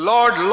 Lord